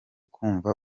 kumva